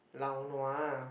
lao nua ah